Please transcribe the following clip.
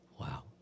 Wow